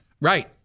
Right